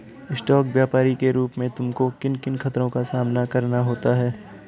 Stock व्यापरी के रूप में तुमको किन किन खतरों का सामना करना होता है?